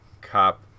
cop